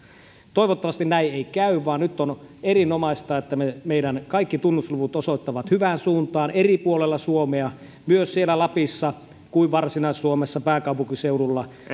toivottavasti näin ei käy vaan on erinomaista että nyt meidän kaikki tunnusluvut osoittavat hyvään suuntaan eri puolilla suomea niin myös siellä lapissa kuin varsinais suomessa pääkaupunkiseudulla